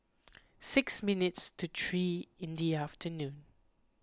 six minutes to three in the afternoon